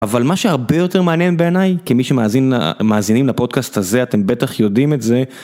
אבל מה שהרבה יותר מעניין בעיניי, כמי שמאזינים לפודקאסט הזה אתם בטח יודעים את זה.